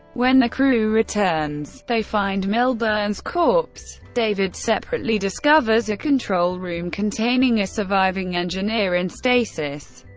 when the crew returns, they find millburn's corpse. david separately discovers a control room containing a surviving engineer in stasis,